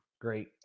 great